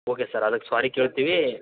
okay sir ಅದಕ್ಕೆ sorry ಕೇಳ್ತೀವಿ